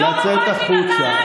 מזל שנתניהו הביא לכאן את החיסונים.